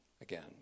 again